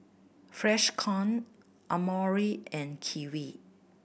Freshkon Amore and Kiwi